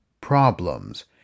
problems